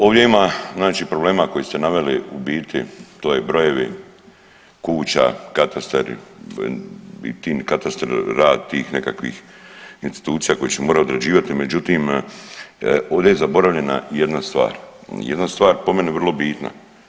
Ovdje ima znači problema koje ste naveli u biti to je brojevi kuća, katastari i ti katastar rad tih nekakvih institucija koje će morati odrađivati, međutim ovdje je zaboravljena jedna stvar, jedna stvar po meni vrlo bitna.